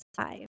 five